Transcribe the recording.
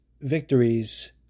victories